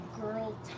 girl